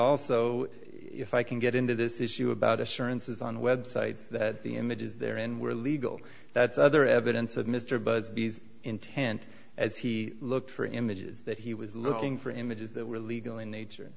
also if i can get into this issue about assurances on websites that the images there and were legal that's other evidence of mr busby's intent as he looks for images that he was looking for images that were legal in nature